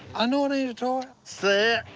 i know it ain't a toy. set!